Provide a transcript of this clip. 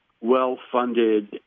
well-funded